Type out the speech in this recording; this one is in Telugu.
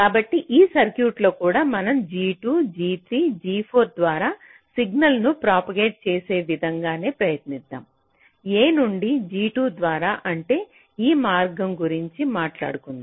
కాబట్టి ఈ సర్క్యూట్లో కూడా మనం G2 G3 G4 ద్వారా సిగ్నల్ ను ప్రాపగేట్ చేసేవిధం గానే ప్రయత్నిద్దాం a నుండి G2 ద్వారా అంటే ఈ మార్గం గురించి మాట్లాడుతున్న